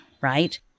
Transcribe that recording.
right